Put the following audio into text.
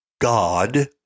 God